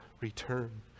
return